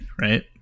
right